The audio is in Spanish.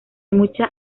mucha